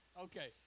Okay